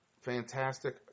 fantastic